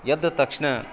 ಎದ್ದ ತಕ್ಷಣ